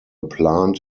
plant